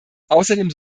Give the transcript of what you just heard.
außerdem